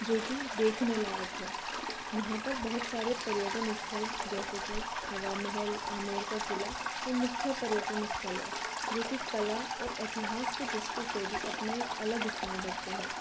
जो की देखने लायक है यहाँ पर बहुत सारे पर्यटन स्थल जैसे कि हवा महल आमेर का किला यह मुख्य पर्यटन स्थल है जो की कला और इतिहास